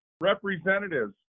representatives